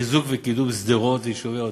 ולחיזוק וקידום שדרות ויישובי עוטף-עזה.